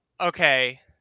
okay